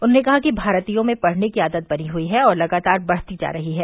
उन्होंने कहा कि भारतीयों में पढ़ने की आदत बनी हुई है और लगातार बढ़ती जा रही है